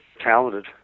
talented